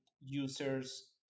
users